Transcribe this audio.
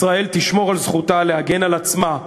ישראל תשמור על זכותה להגן על עצמה,